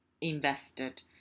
invested